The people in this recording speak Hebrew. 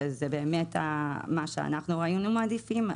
שזה מה שהיינו מעדיפים,